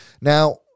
Now